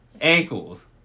Ankles